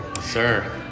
Sir